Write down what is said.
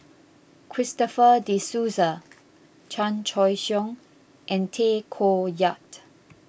Christopher De Souza Chan Choy Siong and Tay Koh Yat